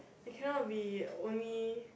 it cannot be only